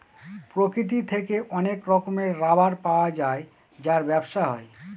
প্রকৃতি থেকে অনেক রকমের রাবার পাওয়া যায় যার ব্যবসা হয়